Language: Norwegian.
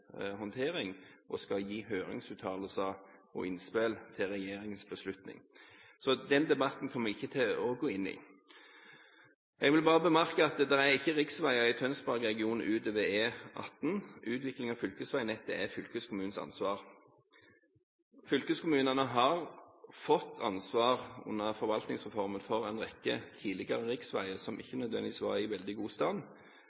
håndtering og skal gi høringsuttalelser og innspill til regjeringen før beslutning. Den debatten kommer jeg ikke til å gå inn i. Jeg vil bare bemerke at det er ikke riksveier i Tønsberg-regionen utover E18. Utvikling av fylkesveinettet er fylkeskommunens ansvar. Fylkeskommunene har fått ansvar gjennom forvaltningsreformen for en rekke tidligere riksveier som